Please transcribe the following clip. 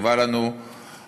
חשובה לנו השבת,